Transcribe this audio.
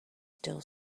still